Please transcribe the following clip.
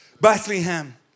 Bethlehem